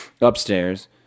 upstairs